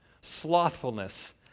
Slothfulness